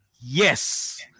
Yes